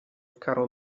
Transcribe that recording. caro